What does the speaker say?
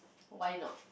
why not